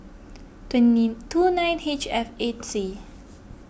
twenty two nine H F eight C